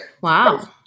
Wow